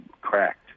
cracked